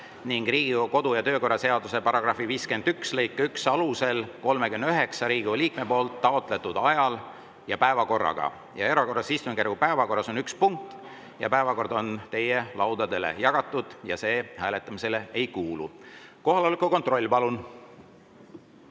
ning Riigikogu kodu‑ ja töökorra seaduse § 51 lõike 1 alusel 39 Riigikogu liikme taotletud ajal ja päevakorraga. Erakorralise istungjärgu päevakorras on üks punkt. Päevakord on teie laudadele jagatud ja see hääletamisele ei kuulu. Kohaloleku kontroll, palun!